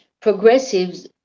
Progressives